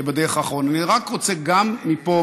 אני רק רוצה גם מפה,